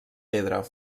pedra